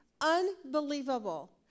Unbelievable